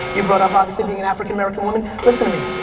you brought up obviously being an african-american woman, listen to me.